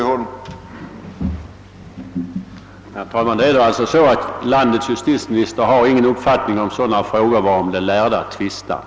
Herr talman! Landets justitieminister har alltså ingen uppfattning om sådana frågor varom de lärde tvistar.